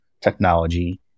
technology